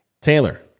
Taylor